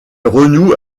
renoue